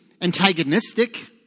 antagonistic